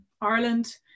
Ireland